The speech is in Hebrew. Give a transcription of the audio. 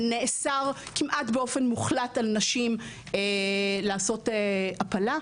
נאסר כמעט באופן מוחלט על נשים לעשות הפלה,